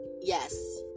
Yes